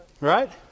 right